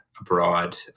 abroad